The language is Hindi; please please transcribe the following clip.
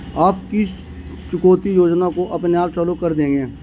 आप किस चुकौती योजना को अपने आप चालू कर देंगे?